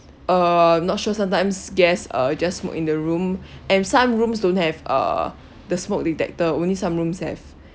uh I'm not sure sometimes guest uh just smoke in the room and some rooms don't have uh the smoke detector only some rooms have